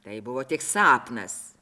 tai buvo tik sapnas